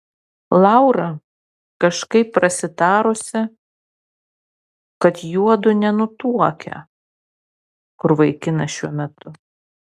laura kažkaip prasitarusi kad juodu nenutuokią kur vaikinas šiuo metu